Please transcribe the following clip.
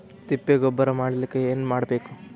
ತಿಪ್ಪೆ ಗೊಬ್ಬರ ಮಾಡಲಿಕ ಏನ್ ಮಾಡಬೇಕು?